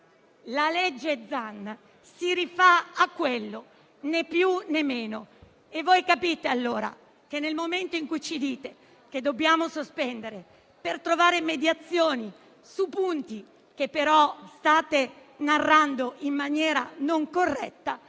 di legge Zan si rifà a quello, né più né meno. Voi capite, quindi, che nel momento in cui ci dite che dobbiamo sospendere i lavori per trovare mediazioni su punti che però state narrando in maniera non corretta,